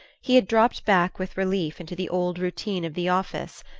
he had dropped back with relief into the old routine of the office,